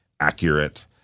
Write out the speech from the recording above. accurate